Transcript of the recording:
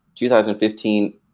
2015